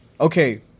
okay